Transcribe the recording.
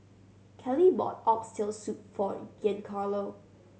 Kelley bought Oxtail Soup for Giancarlo